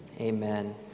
Amen